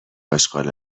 اشغال